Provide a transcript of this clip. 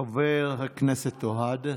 חבר הכנסת אוהד,